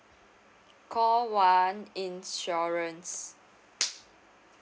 call one insurance